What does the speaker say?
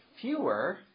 fewer